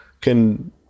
can-